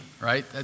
Right